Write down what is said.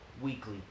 weekly